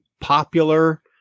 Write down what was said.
popular